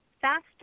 faster